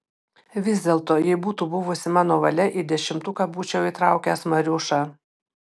vis dėlto jei būtų buvusi mano valia į dešimtuką būčiau įtraukęs mariušą